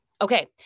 Okay